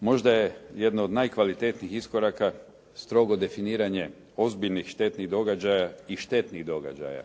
Možda je jedan od najkvalitetnijih iskoraka strogo definiranje ozbiljnih štetnih događaja i štetnih događaja.